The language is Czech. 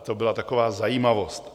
To byla taková zajímavost.